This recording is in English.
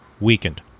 weakened